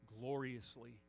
gloriously